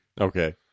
Okay